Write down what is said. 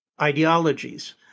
ideologies